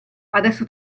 adesso